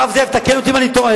הרב זאב, תקן אותי אם אני טועה.